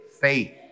faith